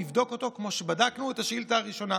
נבדוק אותו כמו שבדקנו את השאילתה הראשונה.